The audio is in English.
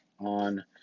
on